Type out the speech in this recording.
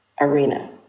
arena